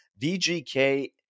VGK